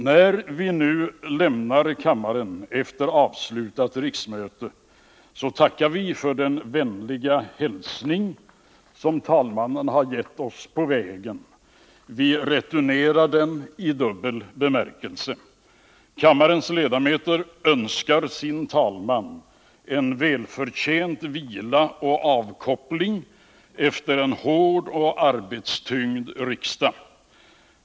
När vi nu lämnar kammaren efter avslutat riksmöte, tackar vi för den vänliga hälsning som talmannen gett oss på vägen. Vi returnerar den i dubbel bemärkelse. Kammarens ledamöter önskar sin talman en välförtjänt vila och avkoppling efter ett hårt och arbetstyngt riksmöte.